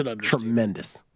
tremendous